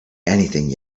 anything